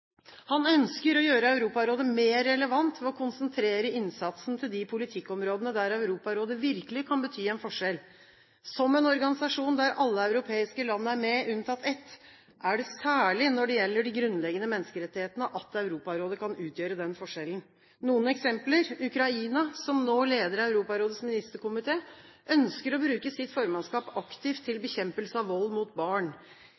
Han ønsker å gjøre Europarådet mer relevant ved å konsentrere innsatsen til de politikkområdene der Europarådet virkelig kan bety en forskjell. Som en organisasjon der alle europeiske land er med, unntatt ett, er det særlig når det gjelder de grunnleggende menneskerettighetene at Europarådet kan utgjøre den forskjellen. Noen eksempler: Ukraina, som nå leder Europarådets ministerkomité, ønsker å bruke sitt formannskap aktivt til